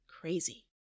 crazy